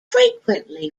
frequently